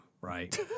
right